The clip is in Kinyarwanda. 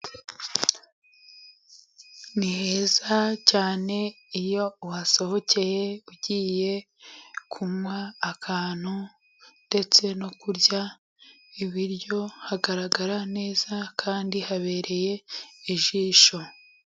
Niheza cyane, iyo uhasohokeye ugiye kunywa akantu ndetse no kurya ibiryo, hagaragara neza, kandi habereye ijisho.